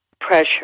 pressure